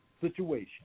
situation